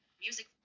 music